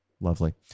Lovely